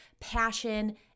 passion